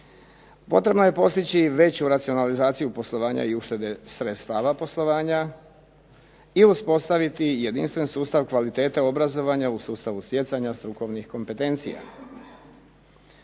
potrebno je postići veću racionalizaciju poslovanja i uštede sredstava poslovanja i uspostaviti jedinstven sustav kvalitete obrazovanja u sustavu stjecanja strukovnih kompetencija.